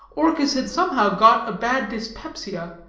orchis had somehow got a bad dyspepsia,